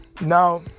Now